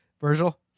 Virgil